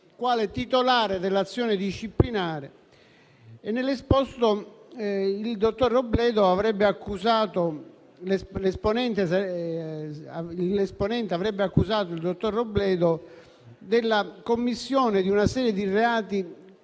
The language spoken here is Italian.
quale titolare dell'azione disciplinare. Nell'esposto, l'esponente avrebbe accusato il dottor Robledo della commissione di una serie di reati,